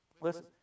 Listen